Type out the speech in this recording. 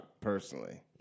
Personally